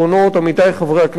חברי חברי הכנסת,